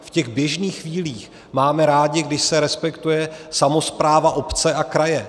V běžných chvílích máme rádi, když se respektuje samospráva obce a kraje.